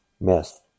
myth